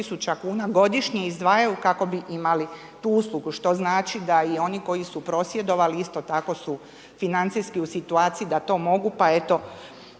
tisuća kuna godišnje izdvajaju kako bi imali tu uslugu, što znači da i oni koji su prosvjedovali isto tako su financijski u situaciji da to mogu, pa eto